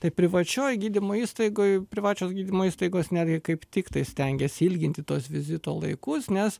tai privačioj gydymo įstaigoj privačios gydymo įstaigos netgi kaip tiktai stengiasi ilginti tuos vizito laikus nes